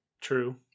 True